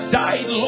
died